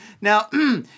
Now